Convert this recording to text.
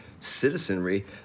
citizenry